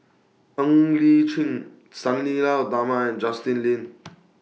Ng Li Chin Sang Nila Utama and Justin Lean